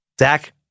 Zach